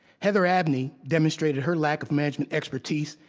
heather abney demonstrated her lack of management expertise,